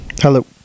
Hello